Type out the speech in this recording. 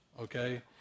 okay